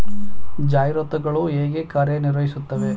ಜಾಹೀರಾತುಗಳು ಹೇಗೆ ಕಾರ್ಯ ನಿರ್ವಹಿಸುತ್ತವೆ?